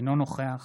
אינו נוכח